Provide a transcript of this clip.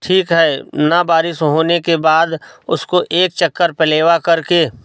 ठीक है न बारिश होने के बाद उसको एक चक्कर पलेवा करके